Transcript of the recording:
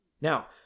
Now